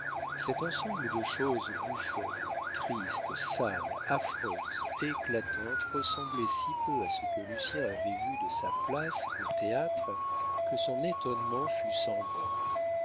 cet ensemble de choses bouffonnes tristes sales affreuses éclatantes ressemblait si peu à ce que lucien avait vu de sa place au théâtre que son étonnement fut sans bornes